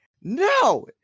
no